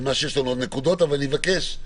אני מבקש,